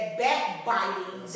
backbiting